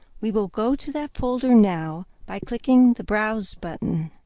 we will go to that folder now by clicking the browse button.